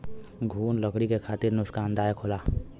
घुन लकड़ी के खातिर नुकसानदायक होला